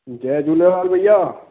जय झूलेलाल भईया